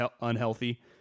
unhealthy